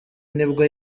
nibwo